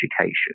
education